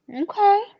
Okay